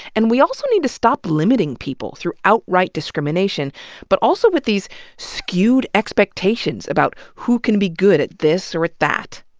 and we need to stop limiting people, through outright discrimination but also with these skewed expectations about who can be good at this or that.